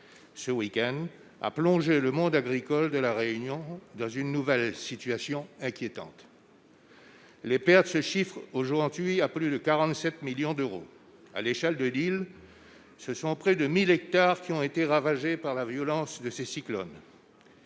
ce week-end, a plongé le monde agricole de la Réunion, dans une nouvelle situation inquiétante. Les pertes se chiffrent au jour tué à plus de 47 millions d'euros à l'échelle de l'île, ce sont près de 1000 hectares qui ont été ravagés par la violence de ces cycles.